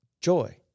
Joy